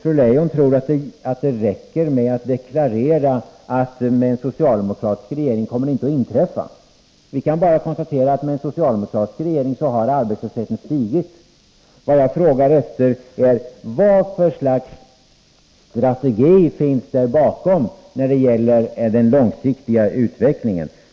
Fru Leijon tror att det räcker med att deklarera att med en socialdemokratisk regering kommer det inte att inträffa. Vi kan bara konstatera, att med en socialde mokratisk regering har arbetslösheten stigit. Vad jag frågar efter är: Vad för slags strategi finns det bakom när det gäller den långsiktiga utvecklingen?